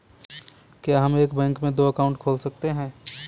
क्या हम एक बैंक में दो अकाउंट खोल सकते हैं?